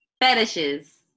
Fetishes